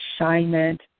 assignment